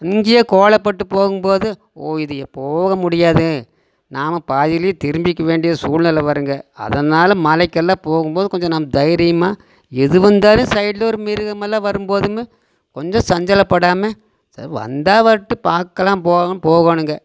இங்கேயே கோழைப்பட்டு போகும்போது இது போகமுடியாது நாம் பாதியிலேயே திரும்பிக்க வேண்டிய சூழ்நெலை வரும்ங்க அதனால் மலைக்கெல்லாம் போகும்போது கொஞ்சம் நம்ம தைரியமாக எது வந்தாலும் சைடில் ஒரு மிருகமெல்லாம் வரும்போதுங்க கொஞ்சம் சஞ்சலப்படாமல் சரி வந்தால் வரட்டும் பார்க்கலாம் போகணும் போகணுங்க